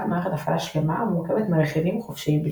מערכת הפעלה שלמה המורכבת מרכיבים חופשיים בלבד.